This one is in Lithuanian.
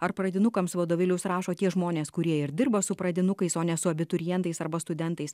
ar pradinukams vadovėlius rašo tie žmonės kurie ir dirba su pradinukais o ne su abiturientais arba studentais